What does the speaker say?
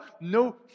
No